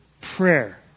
prayer